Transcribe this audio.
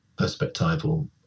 perspectival